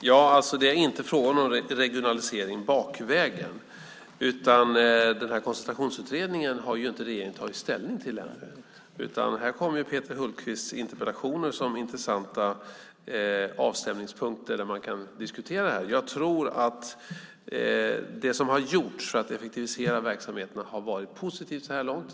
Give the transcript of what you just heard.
Herr talman! Det är inte fråga om någon regionalisering bakvägen. Koncentrationsutredningen har inte regeringen tagit ställning till ännu. Peter Hultqvists interpellationer kommer som intressanta avstämningspunkter där man kan diskutera det här. Jag tror att det som har gjorts för att effektivisera verksamheterna har varit positivt så här långt.